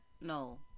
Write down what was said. no